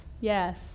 yes